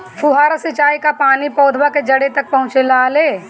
फुहारा सिंचाई का पानी पौधवा के जड़े तक पहुचे ला?